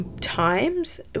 times